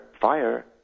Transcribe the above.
fire